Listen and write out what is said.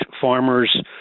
farmers